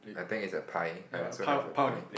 I think it's a pie I also have a pie